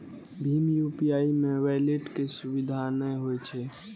भीम UPI मे wallet के सुविधा नै होइ छै